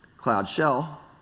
cloud shell.